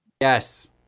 yes